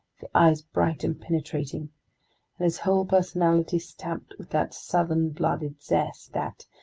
the eyes bright and penetrating, and his whole personality stamped with that southern-blooded zest that,